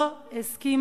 בן-יזרי כבר בשבוע